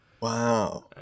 Wow